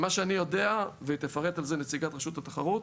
ממה שאני יודע, ותפרט על זה נציגת רשות התחרות,